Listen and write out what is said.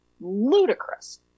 ludicrous